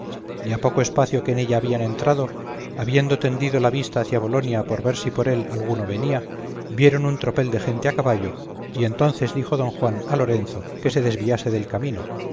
a poco espacio que en ella habían entrado habiendo tendido la vista hacia bolonia por ver si por él alguno venía vieron un tropel de gente de a caballo y entonces dijo don juan a lorenzo que se desviase del camino